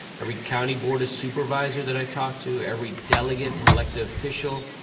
every county board supervisor that i talk to, every delegate and elected official,